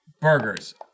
burgers